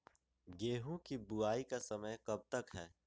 गेंहू की बुवाई का समय कब तक है?